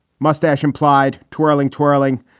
mustache, implied, twirling, twirling,